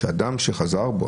שאדם שחזר בו,